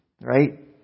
right